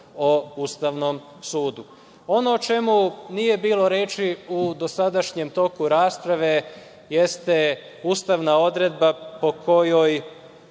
o Ustavnom sudu. Ono o čemu nije bilo reči u dosadašnjem toku rasprave jeste ustavna odredba po kojoj